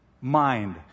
mind